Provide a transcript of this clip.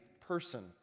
person